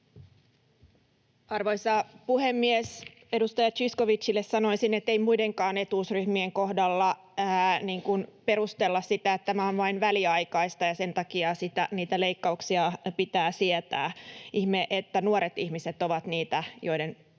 Arvoisa puhemies! Edustaja Zyskowiczille sanoisin, ettei muidenkaan etuusryhmien kohdalla perustella sitä, että tämä on vain väliaikaista ja sen takia niitä leikkauksia pitää sietää. Ihme, että nuoret ihmiset ovat niitä, joiden